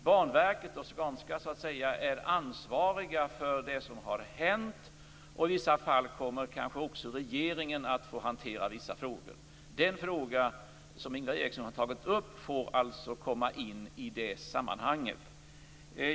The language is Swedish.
Banverket och Skanska är ansvariga för det som har hänt, och i vissa fall kommer kanske också regeringen att få hantera en del frågor. Den fråga som Ingvar Eriksson har tagit upp får komma in i det sammanhanget.